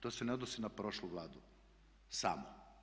To se ne odnosi na prošlu Vladu samo.